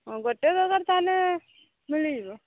ହଁ ଗୋଟେ ଦରକାର ତାହାଲେ ମିଳିଯିବ